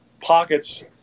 pockets